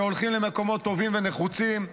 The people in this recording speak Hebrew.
שהולכים למקומות טובים ונחוצים,